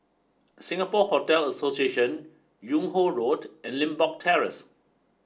Singapore Hotel Association Yung Ho Road and Limbok Terrace